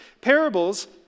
Parables